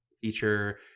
feature